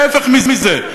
להפך מזה.